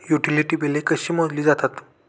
Utility बिले कशी मोजली जातात?